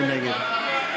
מי נגד?